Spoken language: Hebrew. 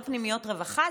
אלה לא פנימיות רווחה,